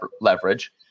leverage